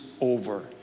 over